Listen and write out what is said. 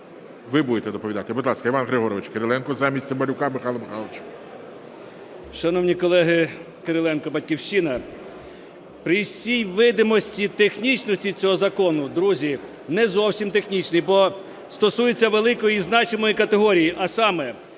Ви будете доповідати? Будь ласка, Іван Григорович Кириленко замість Цимбалюка Михайла Михайловича. 11:55:01 КИРИЛЕНКО І.Г. Шановні колеги! Кириленко, "Батьківщина". При всій видимості технічності цього закону, друзі, не зовсім технічний, бо стосується великої і значимої категорії. А саме: